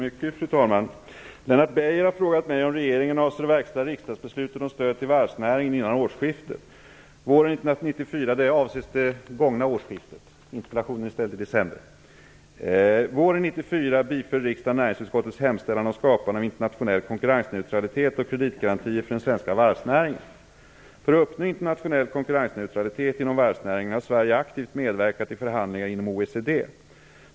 Fru talman! Lennart Beijer har frågat mig om regeringen avser att verkställa riksdagsbeslutet om stöd till varvsnäringen innan årsskiftet. Därmed avses det gångna årsskiftet; interpellationen är ställd i december. För att uppnå internationell konkurrensneutralitet inom varvsnäringen har Sverige aktivt medverkat i förhandlingar inom OECD.